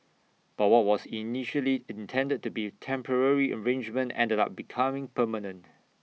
but what was initially intended to be temporary arrangement ended up becoming permanent